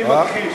אני מכחיש.